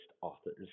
authors